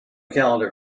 calendar